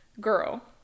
girl